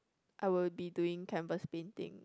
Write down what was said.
I will be doing canvas painting